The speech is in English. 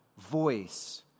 voice